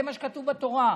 זה מה שכתוב בתורה.